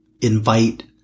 invite